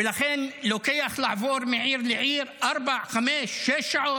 ולכן, לעבור מעיר לעיר לוקח ארבע, חמש, שש שעות,